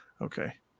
Okay